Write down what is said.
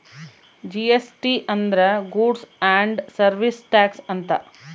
GST ಅಂದ್ರ goods and service tax ಅಂತ